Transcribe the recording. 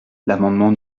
l’amendement